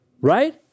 Right